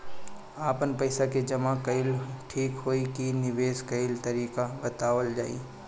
आपन पइसा के जमा कइल ठीक होई की निवेस कइल तइका बतावल जाई?